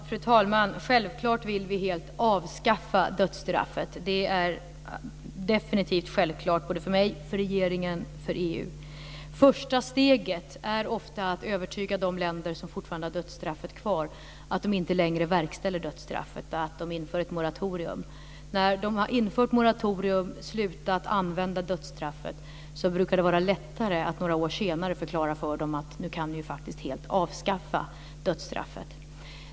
Fru talman! Självklart vill vi helt avskaffa dödsstraffet. Det är definitivt självklart för mig, för regeringen och för EU. Det första steget är ofta att övertyga de länder som fortfarande har dödsstraffet kvar om att de inte längre ska verkställa dödsstraffet och om att de ska införa ett moratorium. När de har infört ett moratorium och slutat att använda dödsstraffet brukar det vara lättare att några år senare förklara för dem att de faktiskt kan avskaffa dödsstraffet helt.